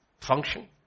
function